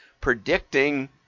predicting